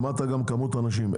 דיברת גם על כמות האנשים.